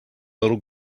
little